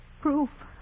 proof